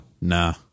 Nah